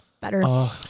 better